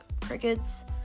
crickets